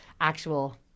actual